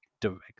direct